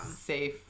safe